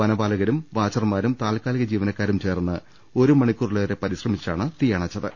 വനപാലകരും വാച്ചർമാരും താൽക്കാലിക ജീവനക്കാരും ചേർന്ന് ഒരു മണിക്കൂറിലേറെ പരിശ്രമിച്ചാണ് തീയണച്ചത്